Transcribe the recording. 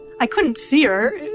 i couldn't see her.